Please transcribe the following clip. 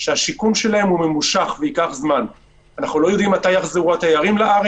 מהשבועיים האחרונים ממילא מרבית ההלוואות